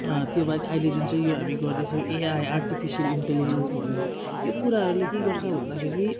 त्यो बाहेक अहिले जुन चाहिँ यो हामी गर्दैछौँ एआइ आर्टिफिसल इन्टिजेलिजेन्स भयो यो कुराहरूले के गर्छ भन्दाखेरि